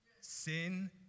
Sin